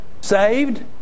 saved